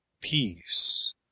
peace